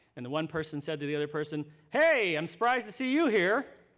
and the one person said to the other person, hey, i'm surprised to see you here.